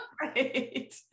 Right